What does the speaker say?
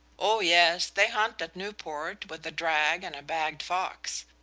oh yes, they hunt at newport with a drag and a bagged fox.